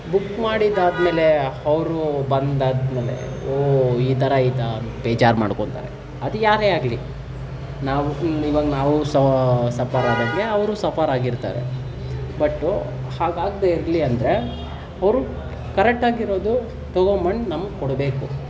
book ಮಾಡಿದಾದ್ಮೇಲೆ ಅವರು ಬಂದಾದ್ಮೇಲೆ ಓಹ್ ಈ ಥರ ಐತಾ ಬೇಜಾರು ಮಾಡ್ಕೊಂತಾರೆ ಅದು ಯಾರೇ ಆಗಲಿ ನಾವು ಇಲ್ಲಿ ಇವಾಗ ನಾವು ಸ ಸಫರ್ ಆದಂಗೆ ಅವರೂ ಸಫರ್ ಆಗಿರ್ತಾರೆ ಬಟ್ಟು ಹಾಗೆ ಆಗದೆ ಇರಲಿ ಅಂದರೆ ಅವರು ಕರೆಕ್ಟ್ ಆಗಿರೋದು ತಗೊಂಡು ಬಂದು ನಮ್ಗೆ ಕೊಡಬೇಕು